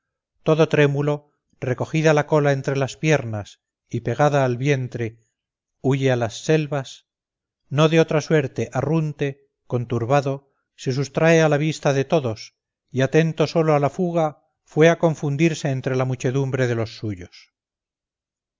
todo trémulo recogida la cola entre las piernas y pegada al vientre huye a las selvas no de otra suerte arrunte conturbado se sustrae a la vista de todos y atento sólo a la fuga fue a confundirse entre la muchedumbre de los suyos